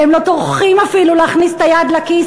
והם לא טורחים אפילו להכניס את היד לכיס